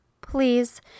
please